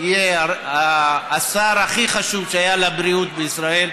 יהיה השר הכי חשוב שהיה לבריאות בישראל,